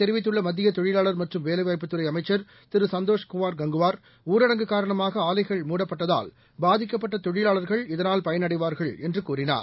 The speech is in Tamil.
தெரிவித்துள்ளமத்தியதொழிலாளர் மற்றும் வேலைவாய்ப்புத்துறைஅமைச்சர் இதனைத் திரு சந்தோஷ்குமார் கங்குவார் ஊரடங்கு காரணமாக ஆலைகள் மூடப்பட்டதால் பாதிக்கப்பட்டதொழிலாளர்கள் இதனால் பயனடைவார்கள் என்றுகூறினார்